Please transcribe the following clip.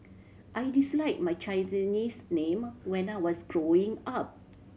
I disliked my Chinese name when I was growing up